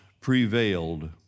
prevailed